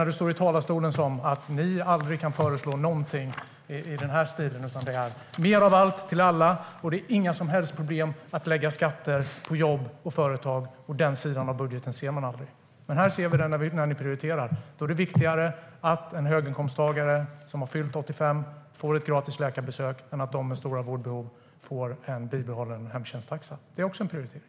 När du står i talarstolen låter det ofta på dig som att ni aldrig kan föreslå någonting i den stilen, utan det är mer av allt till alla, och det är inga som helst problem att lägga skatter på jobb och företag. Den sidan av budgeten ser man aldrig. Här ser vi den när ni gör prioriteringar. Då är det viktigare att en höginkomsttagare som fyllt 85 får ett gratis läkarbesök än att de med stora vårdbehov får bibehållen hemtjänsttaxa. Det är också en prioritering.